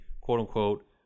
quote-unquote